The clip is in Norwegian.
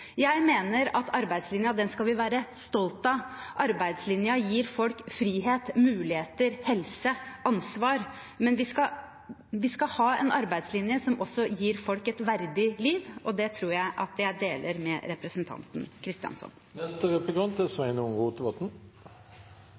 Jeg mener at arbeidslinjen skal vi være stolt av. Arbeidslinjen gir folk frihet, muligheter, helse, ansvar, men vi skal ha en arbeidslinje som også gir folk et verdig liv, og det tror jeg at jeg deler med representanten Kristjánsson. Ein observasjon etter budsjettdebattane dei siste vekene, og også her no, er